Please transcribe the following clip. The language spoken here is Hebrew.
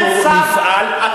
אנחנו נפעל,